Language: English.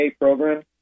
program